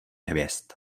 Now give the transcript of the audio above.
hvězd